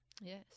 Yes